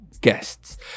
guests